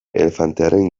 elefantearen